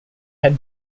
had